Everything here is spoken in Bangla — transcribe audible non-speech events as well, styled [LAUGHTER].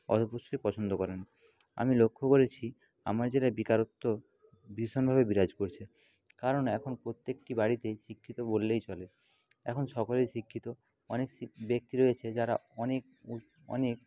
অবশ্যই পছন্দ করেন আমি লক্ষ্য করেছি আমার জেলায় বেকারত্ব ভীষণভাবে বিরাজ করছে কারণ এখন প্রত্যেকটি বাড়িতে শিক্ষিত বললেই চলে এখন সকলেই শিক্ষিত অনেক [UNINTELLIGIBLE] ব্যক্তি রয়েছে যারা অনেক অনেক